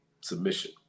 submission